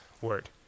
word